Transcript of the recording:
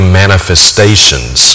manifestations